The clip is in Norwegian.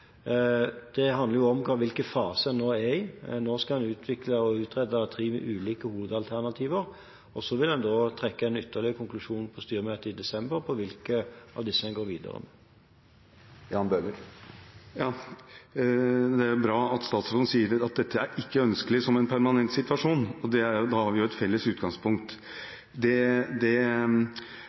Det handler også om hvilken fase en nå er i. Nå skal en utvikle og utrede tre ulike hovedalternativer, og så vil en trekke nytte av konklusjonene på styremøtet i desember om hvilke av disse en går videre med. Det er bra at statsråden sier at dette ikke er ønskelig som en permanent situasjon. Da har vi et felles utgangspunkt. Det er